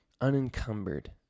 unencumbered